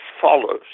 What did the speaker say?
follows